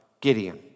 Gideon